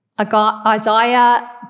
Isaiah